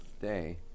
day